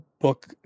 book